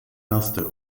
erste